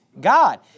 God